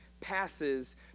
passes